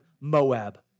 Moab